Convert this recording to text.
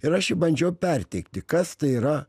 ir aš jį bandžiau perteikti kas tai yra